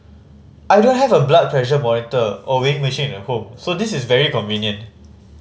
I don't have a blood pressure monitor or weighing machine at home so this is very convenient